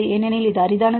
ஏனெனில் இது அரிதானது